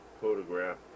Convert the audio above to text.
photograph